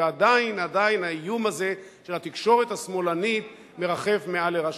ועדיין האיום הזה של התקשורת השמאלנית מרחף מעל לראשיכם.